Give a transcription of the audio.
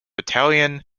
italian